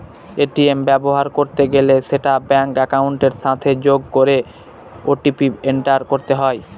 ATM ব্যবহার করতে গেলে সেটা ব্যাঙ্ক একাউন্টের সাথে যোগ করে ও.টি.পি এন্টার করতে হয়